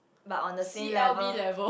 but on the same level